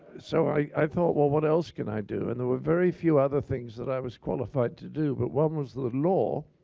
so i thought, well, what else can i do? and there were very few other things that i was qualified to do. but one was the law.